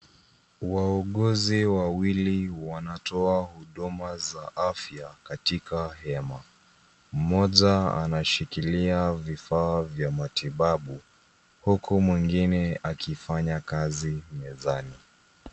Wauguzi wawili wanatoa huduma za afya katika hema. Mmoja anashikilia vifaa vya matibabu huku mwingine akifanya kazi mezani.